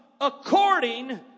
according